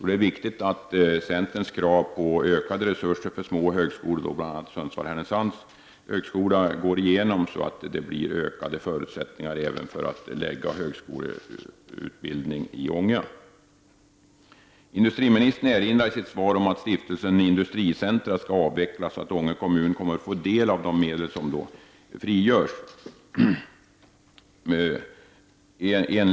Det är viktigt att centerns krav på ökade resurser till små högskolor, bl.a. högskolan Sundsvall/Härnösand, går igenom så att det blir ökade förutsättningar även för att förlägga en högskoleutbildning i Ånge. Industriministern erinrar i sitt svar om att Stiftelsen industricentra skall avvecklas och att Ånge kommun kommer att få del av de medel som då frigörs.